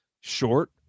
short